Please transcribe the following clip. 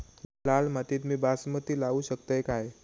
लाल मातीत मी बासमती लावू शकतय काय?